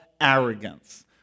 Arrogance